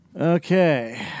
Okay